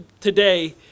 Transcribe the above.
today